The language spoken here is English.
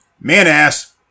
Man-ass